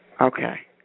Okay